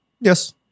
Yes